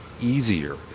easier